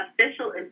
official